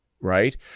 right